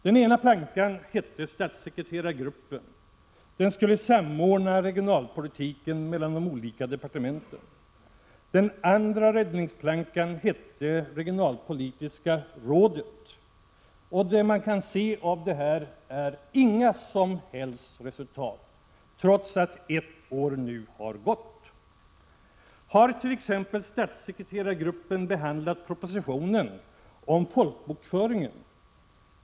Den ena plankan hette statssekreterargruppen — den skulle samordna regionalpolitiken mellan de olika departementen. Den andra räddningsplankan hette regionalpolitiska rådet. Vad man kan se av detta är inga som helst resultat, trots att ett år nu har gått. Har t.ex. statssekreterargruppen behandlat propositionen om folkbokföring?